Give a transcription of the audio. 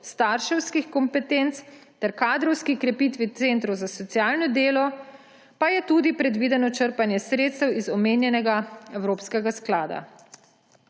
starševskih kompetenc ter kadrovski krepitvi centrov za socialno delo, pa je predvideno tudi črpanje sredstev iz omenjenega evropskega sklada.